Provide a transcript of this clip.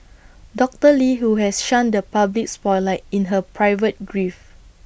doctor lee who has shunned the public spotlight in her private grief